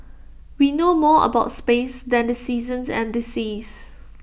we know more about space than the seasons and the seas